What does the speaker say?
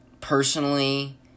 personally